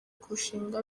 kurushinga